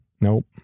Nope